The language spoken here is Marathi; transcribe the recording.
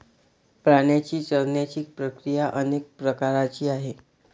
प्राण्यांची चरण्याची प्रक्रिया अनेक प्रकारची आहे